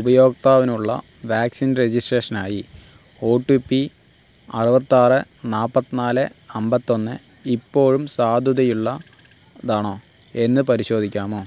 ഉപയോക്താവിനുള്ള vaccine രജിസ്ട്രേഷനായി O T P അറുപത്താറ് നാൽപ്പത്തിനാല് അമ്പത്തൊന്ന് ഇപ്പോഴും സാധുതയുള്ളതാണോ എന്ന് പരിശോധിക്കാമോ